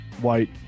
white